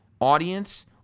audience